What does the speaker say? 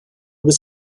was